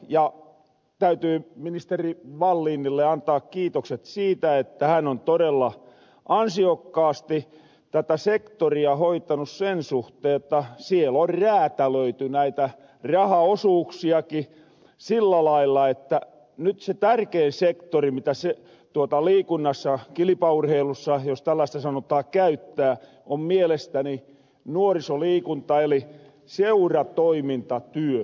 ja täytyy ministeri wallinille antaa kiitokset siitä että hän on todella ansiokkaasti tätä sektoria hoitanu sen suhteen jotta siel on räätälöity näitä rahaosuuksiakin sillä lailla että nyt se tärkein sektori liikunnassa kilpaurheilussa jos tällaista sanontaa käyttää on mielestäni nuorisoliikunta eli seuratoimintatyö